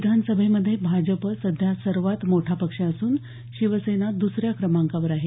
विधानसभेमध्ये भाजप सध्या सर्वात मोठा पक्ष असून शिवसेना दुसऱ्या क्रमांकावर आहे